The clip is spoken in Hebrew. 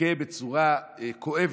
מוכה בצורה כואבת,